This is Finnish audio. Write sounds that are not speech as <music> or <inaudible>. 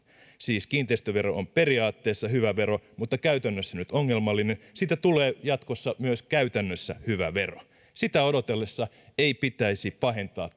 siis kiinteistövero on periaatteessa hyvä vero mutta käytännössä nyt ongelmallinen siitä tulee jatkossa myös käytännössä hyvä vero sitä odotellessa ei pitäisi pahentaa <unintelligible>